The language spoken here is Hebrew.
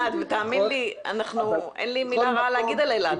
תאמין לי, אין לי מילה רעה להגיד על אילת.